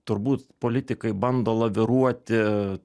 turbūt politikai bando laviruoti